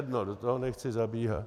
Do toho nechci zabíhat.